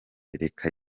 reka